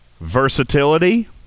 versatility